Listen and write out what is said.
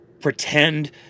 pretend